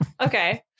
Okay